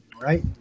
Right